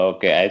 Okay